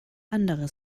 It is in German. andere